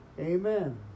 Amen